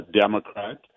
Democrat